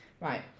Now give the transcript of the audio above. right